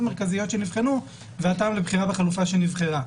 מרכזיות שנבחנו והטעם לבחינה בחלופה שנבחרה.